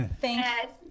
Thanks